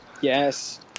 Yes